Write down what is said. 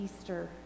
Easter